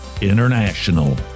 International